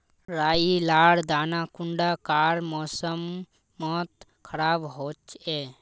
राई लार दाना कुंडा कार मौसम मोत खराब होचए?